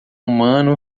humano